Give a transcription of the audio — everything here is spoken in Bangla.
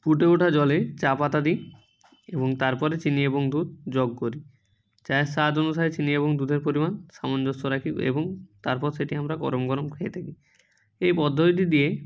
ফুটে ওঠা জলে চা পাতা দিই এবং তারপরে চিনি এবং দুধ যোগ করি চায়ের স্বাদ অনুসারে চিনি এবং দুধের পরিমাণ সামঞ্জস্য রাখি এবং তারপর সেটি আমরা গরম গরম খেয়ে থাকি এই পদ্ধতিটি দিয়ে